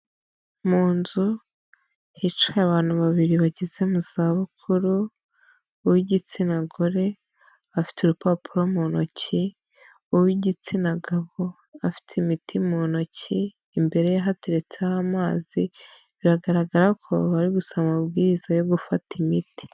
Mu nzu hicaye abantu babiri bageze mu za bukuru uw'igitsina gore afite urupapuro mu ntoki, uw'igitsina gabo afite imiti mu ntoki, imbere hateretse amazi biragaragara ko bari gusoma amabwiriza yo gufata imiti.